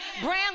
brand